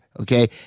okay